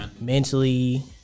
mentally